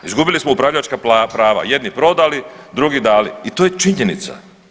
Izgubili smo upravljačka prava jedni prodali, drugi dali i to je činjenica.